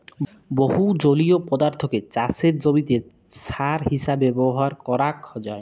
বহু জলীয় পদার্থকে চাসের জমিতে সার হিসেবে ব্যবহার করাক যায়